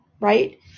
Right